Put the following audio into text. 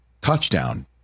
touchdown